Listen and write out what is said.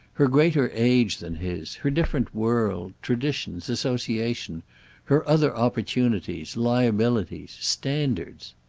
her greater age than his, her different world, traditions, association her other opportunities, liabilities, standards.